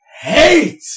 hate